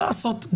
מה לעשות,